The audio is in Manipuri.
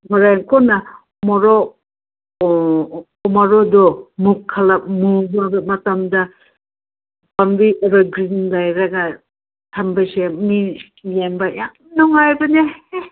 ꯍꯣꯔꯦꯟ ꯀꯣꯟꯅ ꯃꯣꯔꯣꯛ ꯎꯃꯣꯔꯣꯛꯇꯣ ꯃꯨꯟꯕ ꯃꯇꯝꯗ ꯄꯥꯝꯕꯤ ꯑꯦꯕꯔꯒ꯭ꯔꯤꯟ ꯂꯩꯔꯒ ꯊꯝꯕꯁꯦ ꯃꯤ ꯌꯦꯡꯕ ꯌꯥꯝ ꯅꯨꯡꯉꯥꯏꯕꯅꯦ ꯍꯦ